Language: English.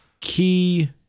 Key